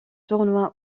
tournoi